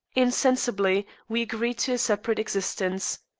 insensibly, we agreed to a separate existence.